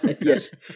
Yes